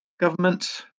government